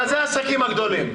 אלה העסקים הגדולים.